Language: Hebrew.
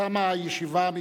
מותר וצריך לחוש תקווה,